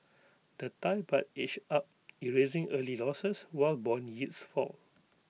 the Thai Baht edged up erasing early losses while Bond yields fall